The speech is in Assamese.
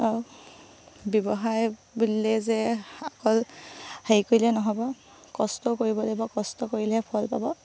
আৰু ব্যৱসায় বুলিলেই যে অকল হেৰি কৰিলে নহ'ব কষ্টও কৰিব লাগিব কষ্ট কৰিলেহে ফল পাব